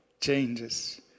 changes